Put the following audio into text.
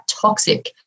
toxic